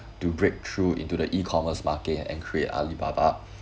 to breakthrough into the e-commerce market and create Alibaba